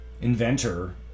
inventor